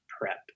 prep